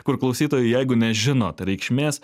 kur klausytojai jeigu nežinot reikšmės